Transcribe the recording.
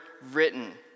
written